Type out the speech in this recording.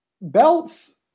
Belts